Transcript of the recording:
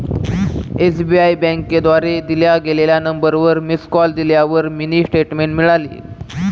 SBI बँकेद्वारे दिल्या गेलेल्या नंबरवर मिस कॉल दिल्यावर मिनी स्टेटमेंट मिळाली